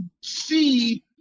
see